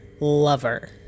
lover